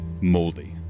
moldy